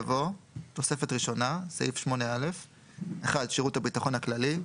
יבוא: "תוספת ראשונה (סעיף 8א) 1.שירות הביטחון הכללי.